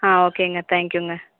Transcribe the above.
ஆ ஓகேங்க தேங்க்யூங்க